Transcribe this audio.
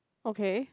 okay